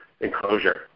enclosure